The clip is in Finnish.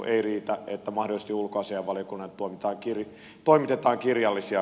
ei riitä että mahdollisesti ulkoasiainvaliokunnalle toimitetaan kirjallisia raportteja